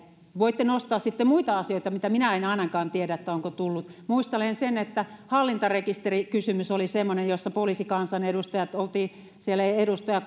voitte nostaa sitten muita asioita mitä minä en ainakaan tiedä onko tullut muistelen että hallintarekisterikysymys oli semmoinen jossa poliisikansanedustajat olimme siellä edustaja